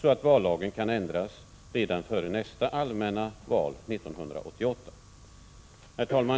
så att vallagen kan ändras redan före nästan allmänna val 1988. Herr talman!